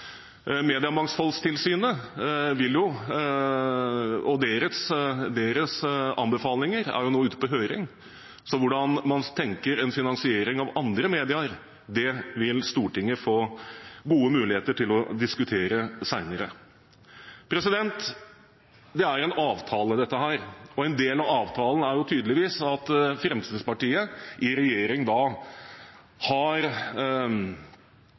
og deres anbefalinger er nå ute på høring. Hvordan man tenker en finansiering av andre medier, vil Stortinget få gode muligheter til å diskutere senere. Dette er en avtale, og en del av avtalen er tydeligvis at Fremskrittspartiet i regjering har